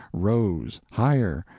rose, higher,